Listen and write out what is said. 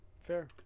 Fair